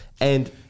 And-